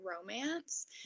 romance